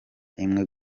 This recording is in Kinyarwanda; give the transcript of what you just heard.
imwe